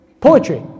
Poetry